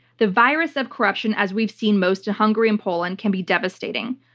the virus of corruption as we've seen most in hungary and poland can be devastating.